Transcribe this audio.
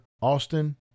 Austin